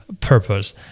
purpose